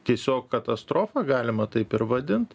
tiesiog katastrofa galima taip ir vadint